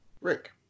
Rick